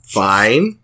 fine